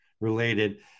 related